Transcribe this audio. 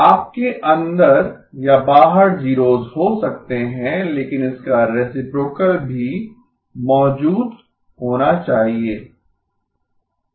आपके अंदर या बाहर जीरोस हो सकते हैं लेकिन इसका रेसिप्रोकल भी मौजूद होना चाहिए